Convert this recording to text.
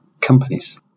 companies